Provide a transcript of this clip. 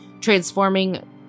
transforming